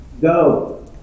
Go